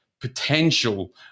Potential